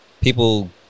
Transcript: people